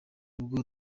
bwo